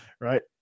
right